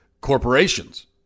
corporations